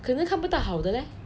可能看不到好的 leh